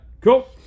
cool